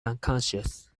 unconscious